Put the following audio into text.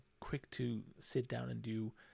quick-to-sit-down-and-do